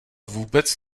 vůbec